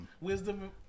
Wisdom